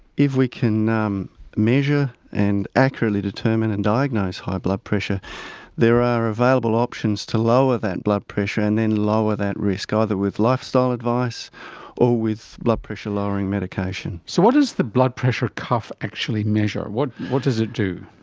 if we can um measure and accurately determine and diagnose high blood pressure there are available options to lower that blood pressure and then lower that risk, ah either with lifestyle advice or with blood pressure lowering medication. so what does the blood pressure cuff actually measure, what what does it do?